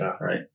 Right